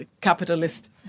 capitalist